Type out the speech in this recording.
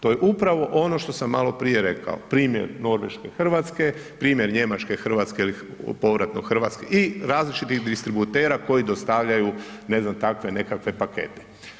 To je upravo ono što sam maloprije rekao, primjer Norveške – Hrvatske, primjer Njemačke – Hrvatske ili povratno Hrvatske i različitih distributera koji dostavljaju ne znam takve nekakve pakete.